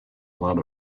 lot